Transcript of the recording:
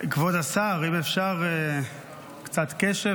כבוד השר, אם אפשר קצת קשב.